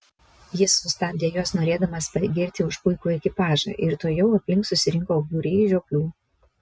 jis sustabdė juos norėdamas pagirti už puikų ekipažą ir tuojau aplink susirinko būriai žioplių